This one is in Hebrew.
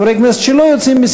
חברי כנסת שלא יוצאים,